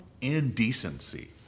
indecency